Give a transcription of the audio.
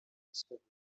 bestellen